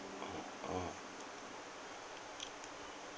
oh